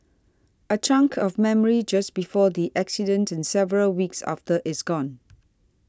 a chunk of memory just before the accident and several weeks after is gone